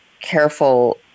careful